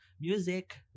Music